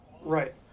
right